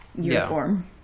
uniform